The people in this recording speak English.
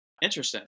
Interesting